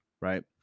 Right